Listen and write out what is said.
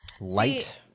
Light